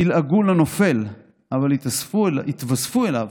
ילעגו לנופל, אבל יתווספו אליו